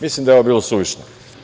Mislim da je ovo bilo suvišno.